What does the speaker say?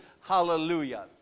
Hallelujah